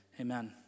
Amen